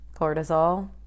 cortisol